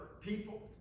people